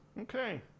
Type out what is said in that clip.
Okay